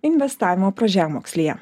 investavimo pradžiamokslyje